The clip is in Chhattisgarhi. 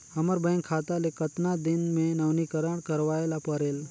हमर बैंक खाता ले कतना दिन मे नवीनीकरण करवाय ला परेल?